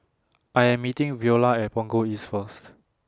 I Am meeting Viola At Punggol East First